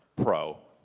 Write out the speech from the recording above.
pro,